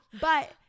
but-